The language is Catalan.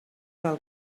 del